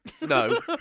No